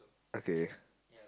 okay